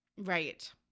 right